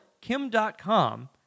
Kim.com